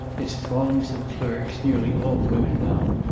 its throngs of clerks, nearly all women now,